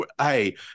hey